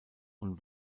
und